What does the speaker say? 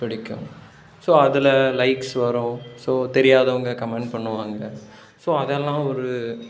பிடிக்கும் ஸோ அதில் லைக்ஸ் வரும் ஸோ தெரியாதவங்க கமெண்ட் பண்ணுவாங்கள் ஸோ அதெல்லாம் ஒரு